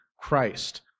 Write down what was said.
Christ